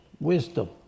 wisdom